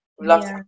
love